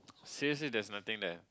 seriously there's nothing there